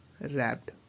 Wrapped